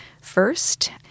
first